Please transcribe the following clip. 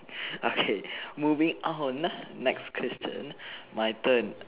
okay moving on next question my turn